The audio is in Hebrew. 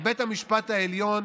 כי בית המשפט העליון